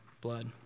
blood